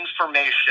information